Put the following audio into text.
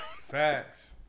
Facts